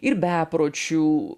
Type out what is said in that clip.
ir bepročių